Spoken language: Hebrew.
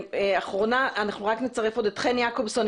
אנחנו נצרף עוד את חן יעקובסון,